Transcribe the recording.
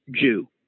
Jew